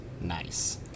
Nice